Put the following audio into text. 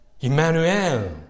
Immanuel